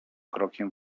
krokiem